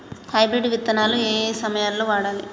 Hybrid విత్తనాలు ఏయే సమయాల్లో వాడాలి?